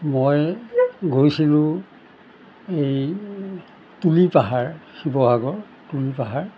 মই গৈছিলোঁ এই তুলি পাহাৰ শিৱসাগৰ তুলি পাহাৰ